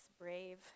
brave